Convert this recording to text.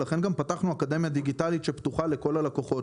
לכן גם פתחנו אקדמיה דיגיטלית שפתוחה לכל הלקוחות.